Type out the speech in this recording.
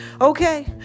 Okay